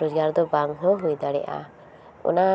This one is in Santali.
ᱨᱳᱡᱽᱜᱟᱨ ᱫᱚ ᱵᱟᱝ ᱦᱚᱸ ᱦᱩᱭ ᱫᱟᱲᱮᱭᱟᱜᱼᱟ ᱚᱱᱟ